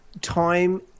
time